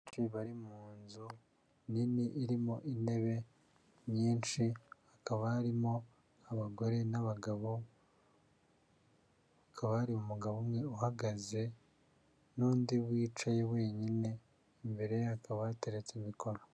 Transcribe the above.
Benshi bari mu nzu nini, irimo intebe nyinshi, hakaba harimo abagore n'abagabo, kabari umugabo umwe uhagaze, n'undi wicaye wenyine, imbere ye hakaba yateretse mikoro.